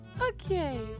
Okay